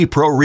Pro